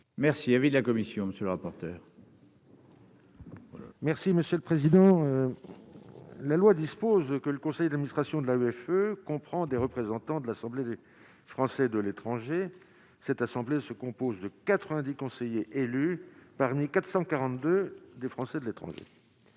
Merci, avis de la commission, monsieur le rapporteur. Voilà. Merci monsieur le président, la loi dispose que le conseil d'administration de la greffe comprend des représentants de l'Assemblée des Français de l'étranger, cette assemblée se compose de 90 conseillers élus parmi 442 des Français de l'étranger.